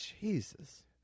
Jesus